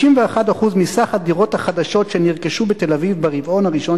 ש-51% מסך הדירות החדשות שנרכשו בתל-אביב ברבעון הראשון